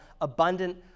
abundant